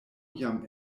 jam